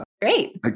Great